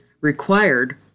required